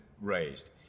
raised